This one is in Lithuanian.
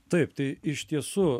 taip tai iš tiesų